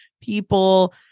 people